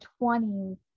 20s